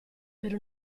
per